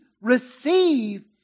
receive